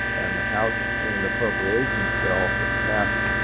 and the house in an appropriations bill had passed